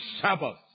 Sabbath